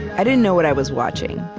i didn't know what i was watching.